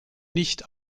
nicht